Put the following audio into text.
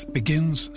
begins